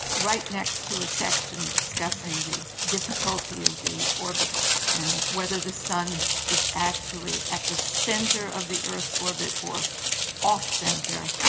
right next to a section discussing the difficulty of the orbits and whether the sun is actually at the centre of the earth's orbit or off-centre,